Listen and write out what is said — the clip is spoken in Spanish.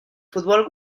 fútbol